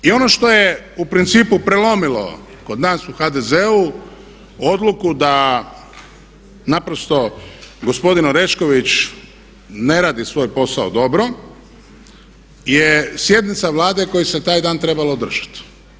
I ono što je u principu prelomilo kod nas u HDZ-u odluku da naprosto gospodin Orešković ne radi svoj posao dobro je sjednica Vlade koja se taj dan trebala održati.